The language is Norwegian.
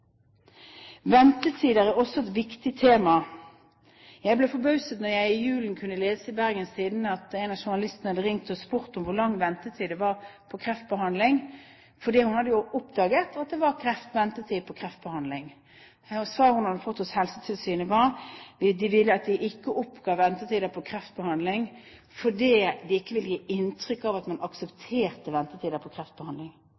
Ventetider er også et viktig tema. Jeg ble forbauset da jeg i julen kunne lese i Bergens Tidende at en av journalistene hadde ringt og spurt om hvor lang ventetid det var på kreftbehandling, for hun hadde jo oppdaget at det var ventetid på kreftbehandling. Svaret hun hadde fått hos Helsetilsynet, var at de ikke ville oppgi ventetider på kreftbehandling, fordi de ikke ville gi inntrykk av at man